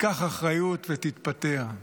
תיקח אחריות ותתפטר.